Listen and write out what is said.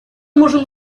можем